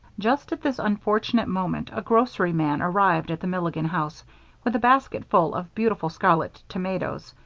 just at this unfortunate moment, a grocery-man arrived at the milligan house with a basketful of beautiful scarlet tomatoes.